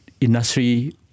industry